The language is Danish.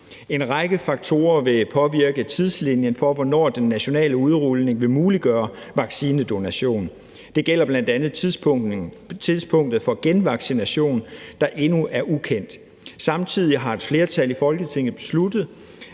En række faktorer vil påvirke tidslinjen for, hvornår den nationale udrulning vil muliggøre vaccinedonation. Det gælder bl.a. tidspunktet for genvaccination, der endnu er ukendt. Samtidig har et flertal i Folketinget besluttet